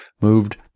moved